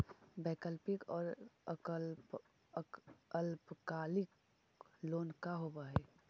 वैकल्पिक और अल्पकालिक लोन का होव हइ?